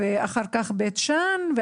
ואחר כך בית שאן,